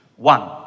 One